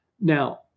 Now